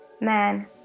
Man